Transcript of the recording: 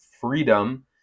freedom